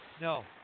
No